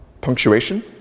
punctuation